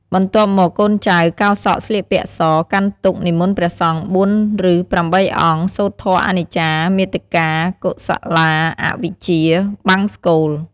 បន្ទាប់មកកូនចៅកោរសក់ស្លៀកពាក់ស កាន់ទុក្ខ និមន្តព្រះសង្ឃ ៤ ឬ៨អង្គ សូត្រធម៌អនិច្ចា មាតិកា កុសលា អវិជ្ជា បង្សុកូល ។